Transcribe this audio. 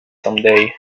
someday